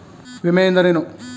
ವಿಮೆ ಎಂದರೇನು?